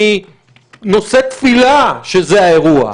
אני נושא תפילה שזה האירוע.